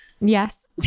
Yes